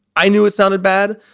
i knew it sounded bad.